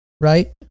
right